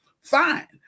Fine